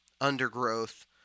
undergrowth